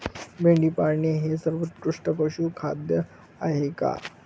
मेंढी पाळणे हे सर्वोत्कृष्ट पशुखाद्य आहे का?